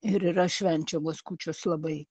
ir yra švenčiamos kūčios labai